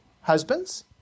husbands